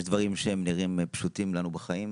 יש דברים שנראים לנו פשוטים בחיים,